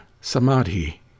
Samadhi